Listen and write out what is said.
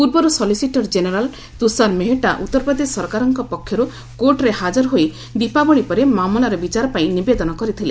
ପୂର୍ବରୁ solicitor general Tushar Mehta Uttar Pradesh ସରକାରଙ୍କ ପକ୍ଷରୁ କୋର୍ଟରେ ହାଜର ହୋଇ ଦୀପାବଳୀ ପରେ ମାମଲାର ବିଚାର ପାଇଁ ନିବେଦନ କରିଥିଲେ